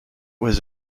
was